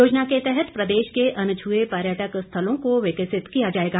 योजना के तहत प्रदेश के अनछुए पर्यटक स्थलों को विकसित किया जाएगा